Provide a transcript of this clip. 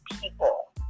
people